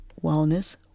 Wellness